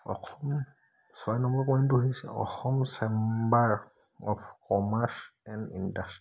অসম ছয় নম্বৰ পইণ্টটো হৈছে Assam chamber of commerce and industry